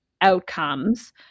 outcomes